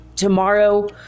Tomorrow